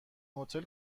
هتل